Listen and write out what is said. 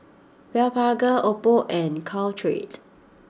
Blephagel Oppo and Caltrate